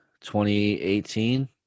2018